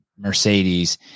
Mercedes